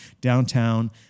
downtown